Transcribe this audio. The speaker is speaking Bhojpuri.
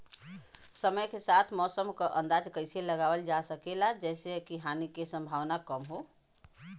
समय के साथ मौसम क अंदाजा कइसे लगावल जा सकेला जेसे हानि के सम्भावना कम हो?